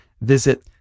visit